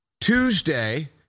Tuesday